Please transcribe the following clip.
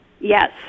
Yes